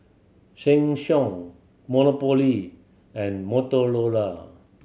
Sheng Siong Monopoly and Motorola